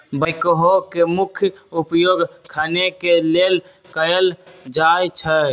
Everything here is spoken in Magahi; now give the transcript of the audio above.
बैकहो के मुख्य उपयोग खने के लेल कयल जाइ छइ